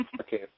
Okay